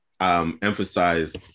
Emphasize